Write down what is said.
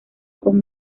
con